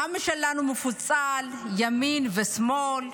העם שלנו מפוצל, ימין ושמאל.